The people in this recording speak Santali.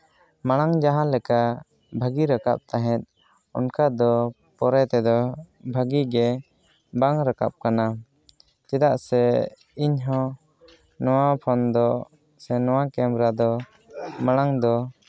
ᱢᱟᱲᱟᱝ ᱡᱟᱦᱟᱸ ᱞᱮᱠᱟ ᱵᱷᱟᱹᱜᱤ ᱨᱟᱠᱟᱵ ᱛᱟᱦᱮᱸᱫ ᱚᱱᱠᱟ ᱫᱚ ᱯᱚᱨᱮ ᱛᱮᱫᱚ ᱵᱷᱟᱹᱜᱮ ᱜᱮ ᱵᱟᱝ ᱨᱟᱠᱟᱵ ᱠᱟᱱᱟ ᱪᱮᱫᱟᱜ ᱥᱮ ᱤᱧᱦᱚᱸ ᱱᱚᱣᱟ ᱯᱷᱳᱱ ᱫᱚ ᱥᱮ ᱱᱚᱣᱟ ᱠᱮᱢᱮᱨᱟ ᱫᱚ ᱢᱟᱲᱟᱝ ᱫᱚ